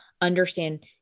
understand